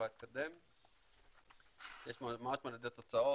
יש תוצאות,